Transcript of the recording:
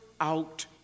out